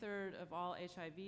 third of all